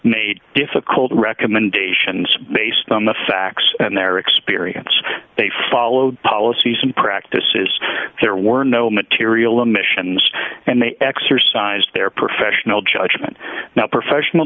made difficult recommendations based on the facts and their experience they followed policies and practices there were no material emissions and they exercised their professional judgment now professional